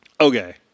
Okay